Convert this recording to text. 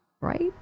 right